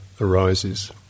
arises